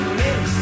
mix